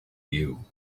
you